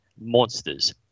Monsters